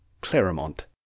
Claremont